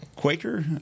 Quaker